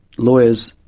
lawyers,